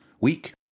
week